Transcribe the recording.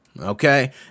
okay